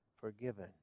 forgiven